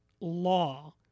law